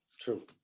True